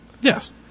Yes